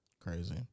Crazy